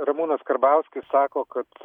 ramūnas karbauskis sako kad